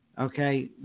Okay